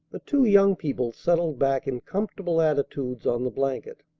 the two young people settled back in comfortable attitudes on the blanket,